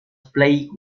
plagued